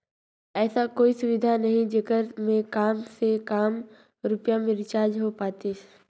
ऐसा कोई सुविधा नहीं जेकर मे काम से काम रुपिया मे रिचार्ज हो पातीस?